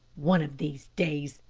one of these days.